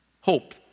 hope